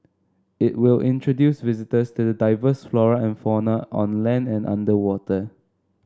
it will introduce visitors to the diverse flora and fauna on land and underwater